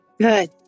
Good